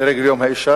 לרגל יום האשה,